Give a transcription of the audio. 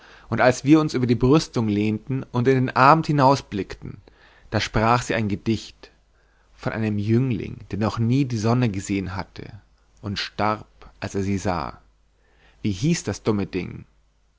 und als wir uns über die brüstung lehnten und in den abend hinaus blickten da sprach sie ein gedicht von einem jüngling der noch nie die sonne gesehn hatte und starb als er sie sah wie hieß das dumme ding